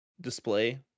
display